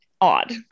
odd